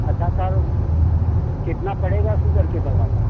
अच्छा सर कितना पड़ेगा सुगर की दवा का